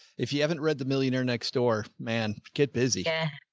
if you haven't read the millionaire next door, man, get busy. yeah,